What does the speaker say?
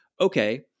okay